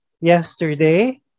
yesterday